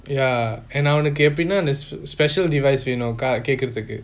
ya என்ன அவன்க்கு எப்டினா அந்த:enna avanukku epdina antha special device வெனும் கேட்கருதுக்கு:venum ketkardhukku